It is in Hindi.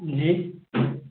जी